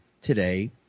today